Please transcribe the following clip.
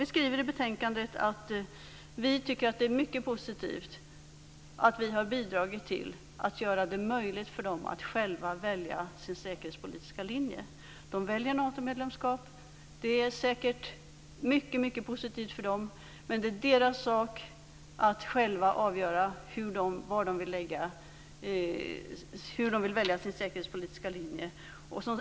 Vi skriver i betänkandet att vi tycker att det är positivt att Sverige har bidragit till att göra det möjligt för dem att själva välja sin säkerhetspolitiska linje. De väljer Natomedlemskap. Det är säkert mycket positivt för dem. Men det är deras sak att själva avgöra hur de vill välja sin säkerhetspolitiska linje.